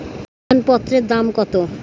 আবেদন পত্রের দাম কত?